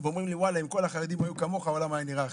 הם אומרים לי: אם כל החרדים היו כמוך העולם היה נראה אחרת.